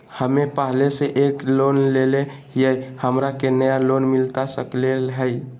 हमे पहले से एक लोन लेले हियई, हमरा के नया लोन मिलता सकले हई?